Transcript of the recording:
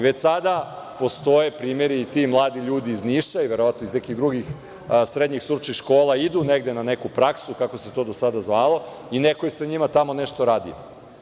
Već sada postoje primeri i ti mladi ljudi iz Niša, verovatno iz nekih drugih srednjih stručnih škola, verovatno idu negde na neku praksu, kako se to do sada zvalo, i neko je sa njima tamo nešto radio.